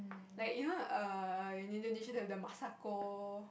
like you know err in Indonesia they have the Masako